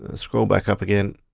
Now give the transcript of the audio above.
ah scroll back up again,